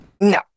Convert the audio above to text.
No